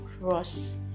cross